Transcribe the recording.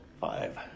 Five